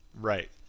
Right